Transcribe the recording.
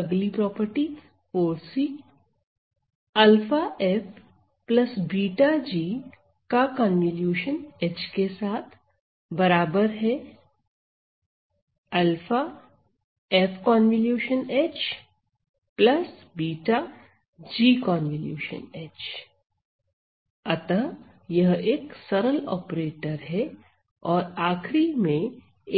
4 αf βg ∗ h αf ∗ h βg ∗ h अतः यह एक सरल ऑपरेटर है और आखरी में